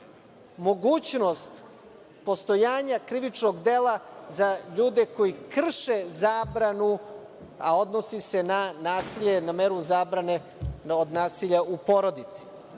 mogućnost postojanja krivičnog dela za ljude koji krše zabranu, a odnosi se na nasilje, na meru zabrane od nasilja u porodici.